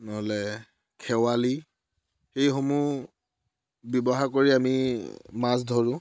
নহ'লে খেৱালি এই সমূহ ব্যৱহাৰ কৰি আমি মাছ ধৰোঁ